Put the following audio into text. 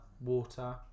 water